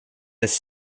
this